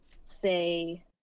say